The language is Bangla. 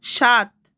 সাত